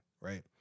right